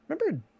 remember